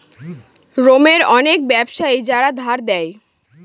রোমের অনেক ব্যাবসায়ী যারা ধার দেয়